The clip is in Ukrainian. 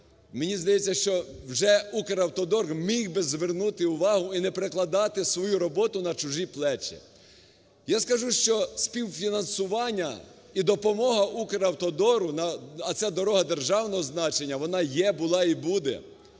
мені здається, що вже "Укравтодор" міг би звернути увагу і не перекладати свою роботу на чужі плечі. Я скажу, що співфінансування і допомога "Укравтодору", а це дорога державного значення, вона є, була і буде.